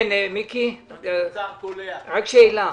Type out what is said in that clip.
כן, מיקי, רק שאלה.